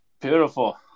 beautiful